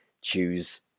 choose